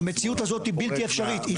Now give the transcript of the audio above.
המציאות הזאת היא בלתי אפשרית,